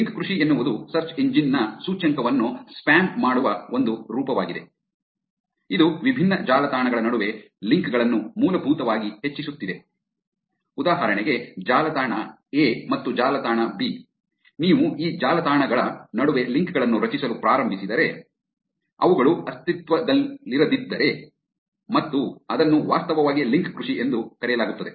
link ಕೃಷಿ ಎನ್ನುವುದು search engine ನ ಸೂಚ್ಯಂಕವನ್ನು ಸ್ಪ್ಯಾಮ್ ಮಾಡುವ ಒಂದು ರೂಪವಾಗಿದೆ ಇದು ವಿಭಿನ್ನ ಜಾಲತಾಣಗಳ ನಡುವಿನ ಲಿಂಕ್ ಗಳನ್ನು ಮೂಲಭೂತವಾಗಿ ಹೆಚ್ಚಿಸುತ್ತಿದೆ ಉದಾಹರಣೆಗೆ ಜಾಲತಾಣ ಎ ಮತ್ತು ಜಾಲತಾಣ ಬಿ ನೀವು ಈ ಜಾಲತಾಣಗಳ ನಡುವೆ ಲಿಂಕ್ ಗಳನ್ನು ರಚಿಸಲು ಪ್ರಾರಂಭಿಸಿದರೆ ಅವುಗಳು ಅಸ್ತಿತ್ವದಲ್ಲಿರದಿದ್ದರೆ ಮತ್ತು ಅದನ್ನು ವಾಸ್ತವವಾಗಿ ಲಿಂಕ್ ಕೃಷಿ ಎಂದು ಕರೆಯಲಾಗುತ್ತದೆ